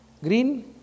green